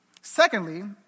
Secondly